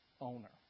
owner